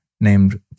named